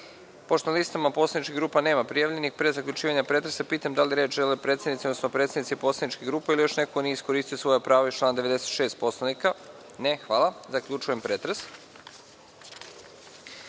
(Ne)Pošto na listama poslaničkih grupa nema prijavljenih, pre zaključivanja pretresa, pitam da li žele reč predsednici, odnosno predstavnici poslaničkih grupa ili još neko ko nije iskoristio svoje pravo iz člana 96. Poslovnika? (Ne)Zaključujem pretres. Pošto